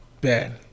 bad